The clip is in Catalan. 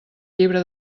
llibre